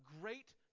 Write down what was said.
great